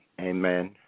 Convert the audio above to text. Amen